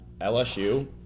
LSU